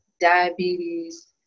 diabetes